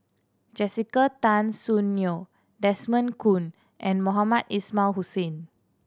Jessica Tan Soon Neo Desmond Kon and Mohamed Ismail Hussain